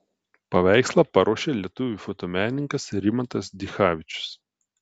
paveikslą paruošė lietuvių fotomenininkas rimantas dichavičius